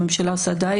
הממשלה אינה עושה די,